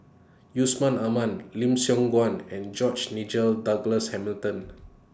Yusman Aman Lim Siong Guan and George Nigel Douglas Hamilton